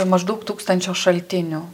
maždaug tūkstančio šaltinių